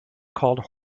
called